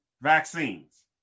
vaccines